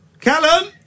Callum